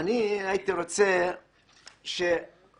אני הייתי רוצה שהוועדה